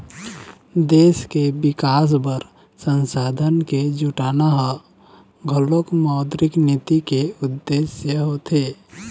देश के बिकास बर संसाधन के जुटाना ह घलोक मौद्रिक नीति के उद्देश्य होथे